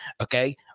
okay